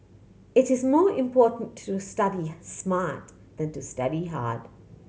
it is more important to study smart than to study hard